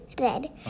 red